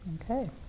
Okay